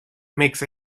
makes